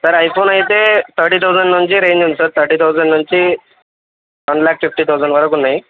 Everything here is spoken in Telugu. సార్ ఐఫోన్ అయితే తర్టీ తౌజండ్ నుంచి రేంజ్ ఉంది సార్ తర్టీ తౌజండ్ నుంచి వన్ ల్యాక్ ఫిఫ్టీ తౌజండ్ వరకు ఉన్నాయి